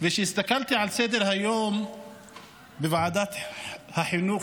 וכשהסתכלתי על סדר-היום בוועדת החינוך,